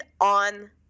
on